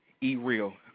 E-Real